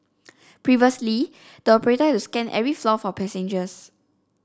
previously the operator had to scan every floor for passengers